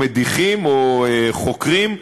או מדיחים או חוקרים.